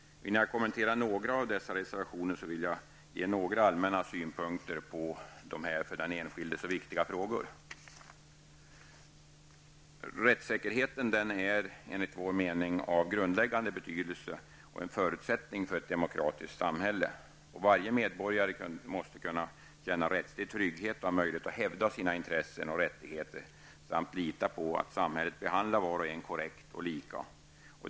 Innan jag kommenterar ett par av dessa reservationer vill jag ge några allmänna synpunkter på dessa för den enskilde så viktiga frågor. Rättssäkerheten är enligt vår mening av grundläggande betydelse och en förutsättning för ett demokratiskt samhälle. Varje medborgare måste kunna känna rättslig trygghet och ha möjlighet att hävda sina intressen och rättigheter samt lita på att samhället behandlar var och en korrekt och lika.